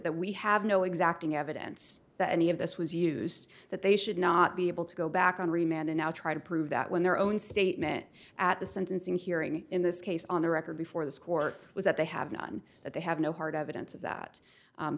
that we have no exacting evidence that any of this was used that they should not be able to go back on re man and now try to prove that when their own statement at the sentencing hearing in this case on the record before this court was that they have none that they have no hard evidence of that